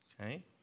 Okay